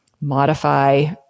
modify